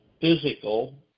physical